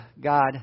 God